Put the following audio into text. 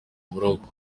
buroko